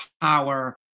power